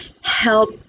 help